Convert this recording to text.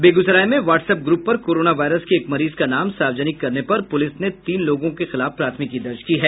बेगूसराय में WhatsApp group पर corona virus के एक मरीज का नाम सार्वजनिक करने पर पुलिस ने तीन लोगों के खिलाफ प्राथमिकी दर्ज की है